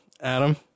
Adam